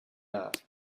art